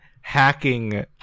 hacking